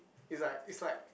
is like is like